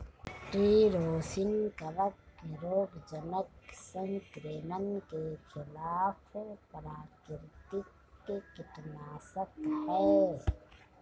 tree rosin कवक रोगजनक संक्रमण के खिलाफ प्राकृतिक कीटनाशक है